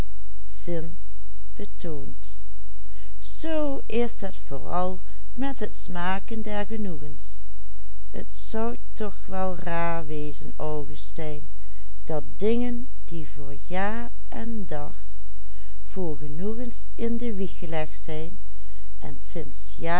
wezen augustijn dat dingen die voor jaar en dag voor genoegens in de wieg gelegd zijn en sinds jaar